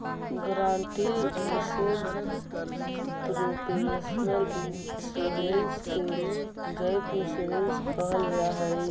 guaranteed assured proportion insurance के gap insurance कहल जाऽ हई